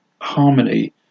harmony